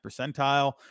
percentile